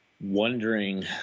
wondering